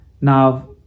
Now